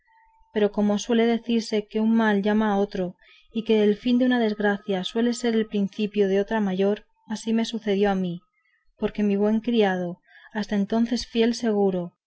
pero como suele decirse que un mal llama a otro y que el fin de una desgracia suele ser principio de otra mayor así me sucedió a mí porque mi buen criado hasta entonces fiel y seguro